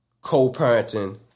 Co-parenting